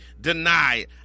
deny